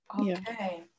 Okay